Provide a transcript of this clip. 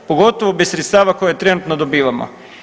Pogotovo bez sredstava koje trenutno dobivamo.